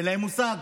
אין להם מושג.